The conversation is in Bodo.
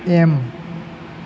एम